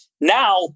Now